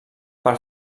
per